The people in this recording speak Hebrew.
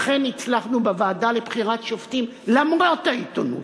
לכן הצלחנו בוועדה לבחירת שופטים, למרות העיתונות,